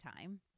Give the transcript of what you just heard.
time